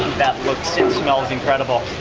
that looks and smells incredible.